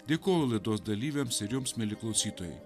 dėkoju laidos dalyviams ir jums mieli klausytojai